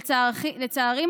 לצערי,